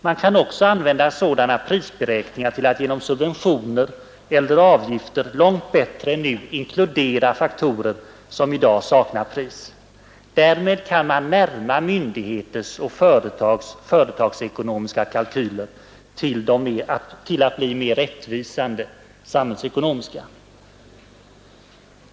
Man kan också använda sådana prisberäkningar till att genom subventioner eller avgifter långt bättre än nu inkludera faktorer som i dag saknar pris. Därmed kan man närma myndigheters och företags företagsekonomiska kalkyler till de samhällsekonomiska, så att de blir mer rättvisande.